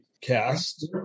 cast